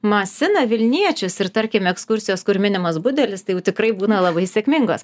masina vilniečius ir tarkime ekskursijos kur minimas budelis tai jau tikrai būna labai sėkmingos